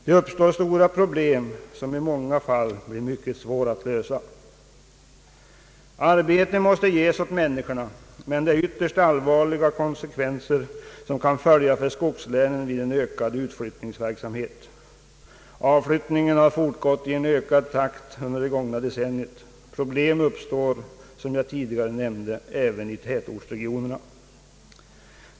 Det uppstår stora problem, som i många fall blir mycket svåra att lösa. Arbete måste ges åt människorna, men konsekvenserna blir ytterst allvarliga för skogslänen vid en ökad utflyttning. Avflyttningen har fortgått i ökad takt under det gångna decenniet. Problem uppstår, som jag tidigare nämnde, även i tätortsregionerna.